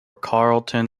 carleton